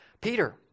peter